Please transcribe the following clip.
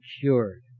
cured